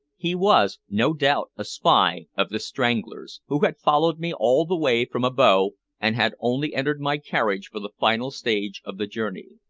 he was, no doubt, a spy of the strangler's, who had followed me all the way from abo, and had only entered my carriage for the final stage of the journey.